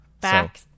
Back